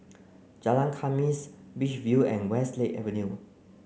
Jalan Khamis Beach View and Westlake Avenue